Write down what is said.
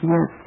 Yes